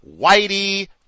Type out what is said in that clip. Whitey